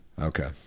okay